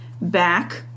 back